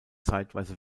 zeitweise